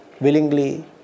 willingly